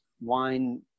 wine